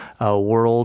world